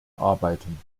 arbeiten